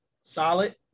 Solid